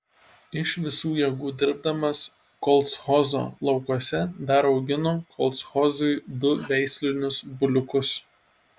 iš visų jėgų dirbdamas kolchozo laukuose dar augino kolchozui du veislinius buliukus